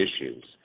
issues